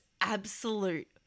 absolute